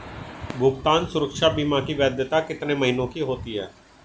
भुगतान सुरक्षा बीमा की वैधता कितने महीनों की होती है?